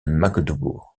magdebourg